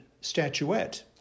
statuette